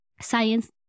Science